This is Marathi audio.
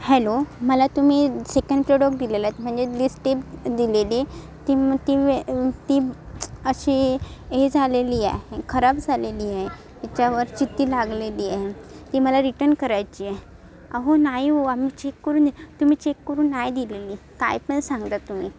हॅलो मला तुम्ही सेकन प्रोडक्ट दिलेलं आहेत म्हणजे दिस्टिप दिलेली ती मग ती वे अशी ही झालेली आहे खराब झालेली आहे त्याच्यावर चित्ती लागलेली आहे ती मला रिटन करायची आहे अहो नाही ओ आम्ही चेक करून तुम्ही चेक करून नाही दिलेली काही पण सांगता तुम्ही